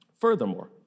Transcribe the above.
Furthermore